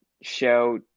show